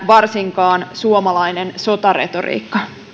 varsinkaan suomalainen sotaretoriikka